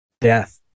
death